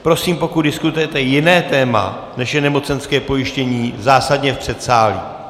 Prosím, pokud diskutujete jiné téma, než je nemocenské pojištění, zásadně v předsálí!